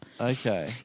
Okay